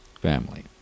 family